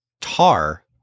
Tar